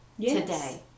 today